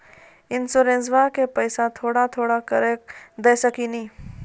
इंश्योरेंसबा के पैसा थोड़ा थोड़ा करके दे सकेनी?